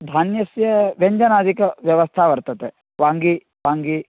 धान्यस्य व्यञ्चनादिकं व्यवस्था वर्तते वाङ्गी वाङ्गी